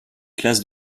classes